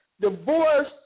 divorce